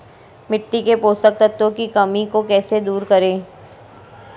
मिट्टी के पोषक तत्वों की कमी को कैसे दूर करें?